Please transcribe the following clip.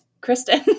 Kristen